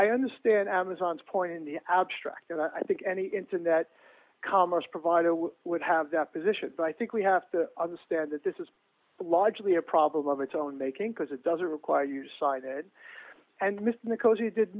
i understand amazon's point in the abstract and i think any internet commerce provider would have that position but i think we have to understand that this is largely a problem of its own making because it doesn't require you cited and missed macos he did